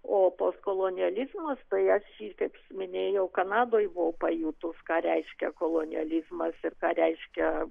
o postkolonializmas tai aš jį kaip minėjau kanadoj buvau pajutus ką reiškia kolonializmas ir ką reiškia